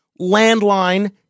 landline